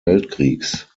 weltkriegs